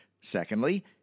Secondly